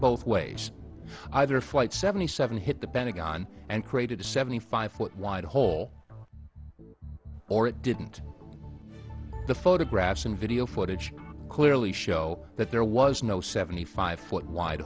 both ways either flight seventy seven hit the pentagon and created a seventy five foot wide hole or it didn't the photographs and video footage clearly show that there was no seventy five foot wide